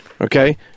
okay